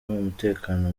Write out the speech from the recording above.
umutekano